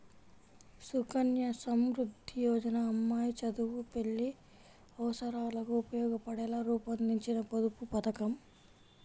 సుకన్య సమృద్ధి యోజన అమ్మాయి చదువు, పెళ్లి అవసరాలకు ఉపయోగపడేలా రూపొందించిన పొదుపు పథకం